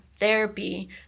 Therapy